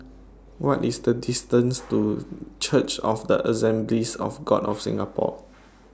What IS The distance to Church of The Assemblies of God of Singapore